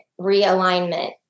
realignment